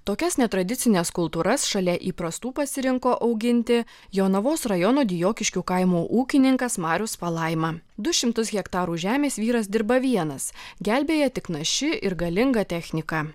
tokias netradicines kultūras šalia įprastų pasirinko auginti jonavos rajono dijokiškių kaimo ūkininkas marius palaima du šimtus hektarų žemės vyras dirba vienas gelbėja tik naši ir galinga technika